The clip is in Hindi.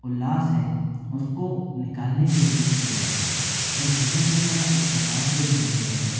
उल्लास है उसको निकालने के लिए किया जाता है और जीवन में कला इस प्रकार से भी ज़रूरत है